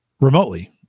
remotely